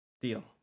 Deal